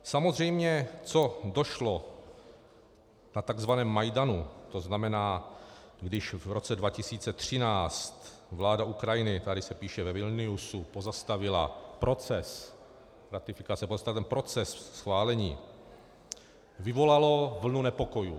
Samozřejmě co došlo na tzv. Majdanu, tzn. když v roce 2013 vláda Ukrajiny tady se píše ve Vilniusu pozastavila proces ratifikace, pozastavila ten proces schválení, vyvolalo vlnu nepokojů.